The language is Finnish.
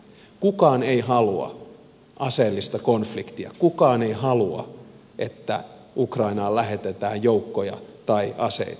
kukaan ei halua aseellista konfliktia kukaan ei halua että ukrainaan lähetetään joukkoja tai aseita